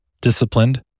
disciplined